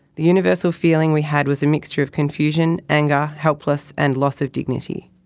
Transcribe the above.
the universal feeling we had was a mixture of confusion, anger, helpless and loss of dignity.